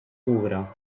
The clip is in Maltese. kura